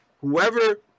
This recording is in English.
Whoever